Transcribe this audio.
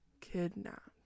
kidnapped